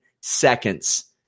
seconds